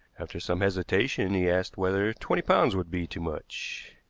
after some hesitation, he asked whether twenty pounds would be too much.